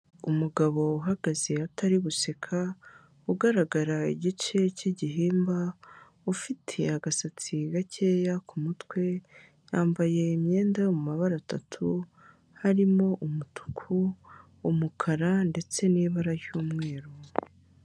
Umugabo uhagaze atari guseka ugaragara igice cy'igihimba ufite agasatsi gakeya ku kumutwe, yambaye imyenda iri mumabara atatu harimo umutuku, umukara, ndetse n'ibara ry'umweru.